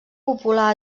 popular